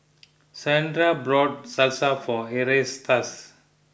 Saundra bought Salsa for Erastus